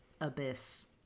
abyss